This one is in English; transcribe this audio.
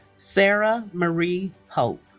sarah marie pope